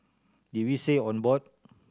did we say on board